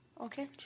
Okay